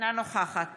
אינה נוכחת